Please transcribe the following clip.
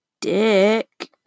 dick